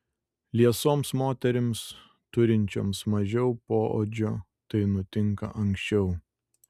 liesoms moterims turinčioms mažiau poodžio tai nutinka anksčiau